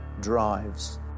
drives